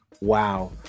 wow